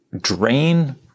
drain